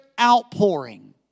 outpouring